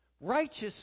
Righteous